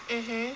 mmhmm